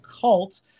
cult